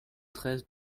treize